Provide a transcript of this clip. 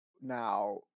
now